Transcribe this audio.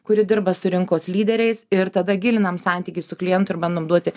kuri dirba su rinkos lyderiais ir tada gilinam santykį su klientu ir bandom duoti